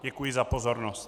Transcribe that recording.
Děkuji za pozornost.